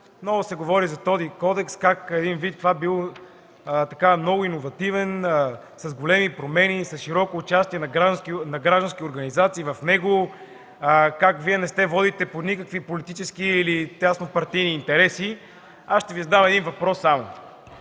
много се говори за този кодекс как един вид бил много иновативен, с големи промени, с широко участие на граждански организации в него, как Вие не се водите по никакви политически или теснопартийни интереси, аз ще Ви задам само един въпрос, за